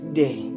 day